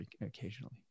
occasionally